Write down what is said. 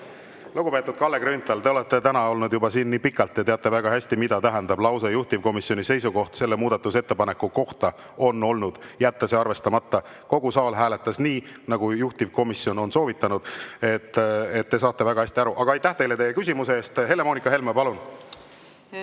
Lugupeetud Kalle Grünthal, te olete täna olnud siin juba nii pikalt, et te teate väga hästi, mida tähendab lause "Juhtivkomisjoni seisukoht selle muudatusettepaneku kohta on olnud jätta see arvestamata". Kogu saal hääletas nii, nagu juhtivkomisjon on soovitanud. Te saate väga hästi aru. Aga aitäh teile küsimuse eest! Helle-Moonika Helme, palun!